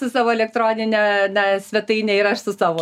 su savo elektronine na svetaine ir aš su savo